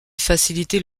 faciliter